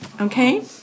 Okay